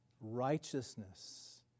Righteousness